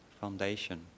foundation